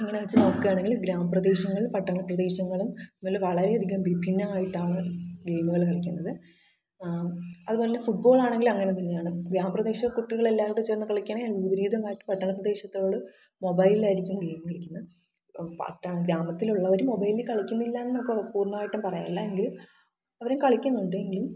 അങ്ങനെ വെച്ച് നോക്കുകയാണെങ്കിൽ ഗ്രാമപ്രദേശങ്ങളും പട്ടണപ്രദേശങ്ങളും വളരെ അധികം വിഭിന്നമായിട്ടാണ് ഗെയിമുകൾ കളിക്കുന്നത് അതുപോലെത്തന്നെ ഫുട് ബോളാണെങ്കിലും അങ്ങനെ തന്നെയാണ് ഗ്രാമ പ്രദേശത്ത് കുട്ടികളെല്ലാവരും കൂടി ചേർന്ന് കളിക്കുകയാണെങ്കിൽ വിപരീതമായിട്ട് പട്ടണപ്രദേശത്തിലുള്ളവർ മൊബൈലിലായിരിക്കും ഗെയിം കളിക്കുന്നത് പട്ടണ ഗ്രാമത്തിലുള്ളവർ മൊബൈലിൽ കളിക്കുന്നില്ലായെന്ന് പൂർണ്ണമായിട്ടും പറയുന്നില്ല എങ്കിലും അവർ കളിക്കുന്നുണ്ട് എങ്കിലും